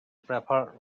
preferred